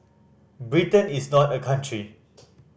Britain is not a country